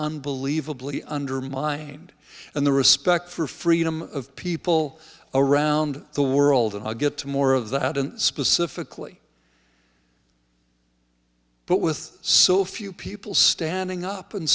unbelievably undermined and the respect for freedom of people around the world and i'll get to more of that and specifically but with so few people standing up and